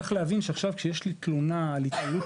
צריך להבין שכשיש תלונה על התעללות